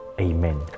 Amen